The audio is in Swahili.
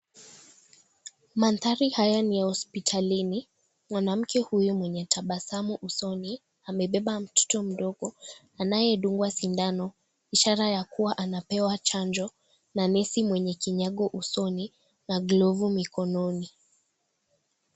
Manthari haya ni ya hospitalini. Mwanamke huyu mwenye tabasamu usoni amebeba mtoto mdogo anayedungwa sindano ishara ya kuwa anapewa chanjo na nesi mwenye kinyago usoni na glovu mkononi.